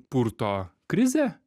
purto krizė